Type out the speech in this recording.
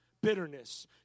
bitterness